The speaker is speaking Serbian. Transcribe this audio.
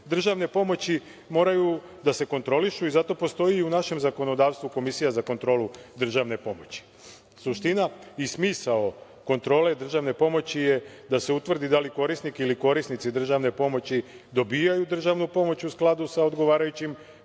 državne pomoći moraju da se kontrolišu i zato postoji u našem zakonodavstvu Komisija za kontrolu državne pomoći. Suština i smisao kontrole državne pomoći je da se utvrdi da li korisnik ili korisnici državne pomoći dobijaju državnu pomoć u skladu sa odgovarajućim